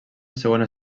segona